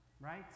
Right